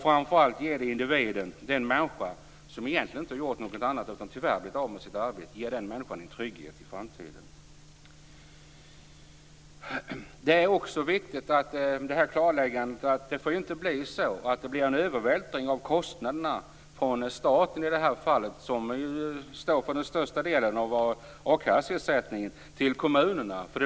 Framför allt ger det individen - den människa som egentligen inte gjort något annat än att bli av med sitt arbete - en trygghet i framtiden. Det är också viktigt att näringsministern klargör att det inte får bli någon övervältring av kostnader från staten, som står för den största delen av akasseersättningen, till kommunerna.